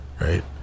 right